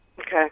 okay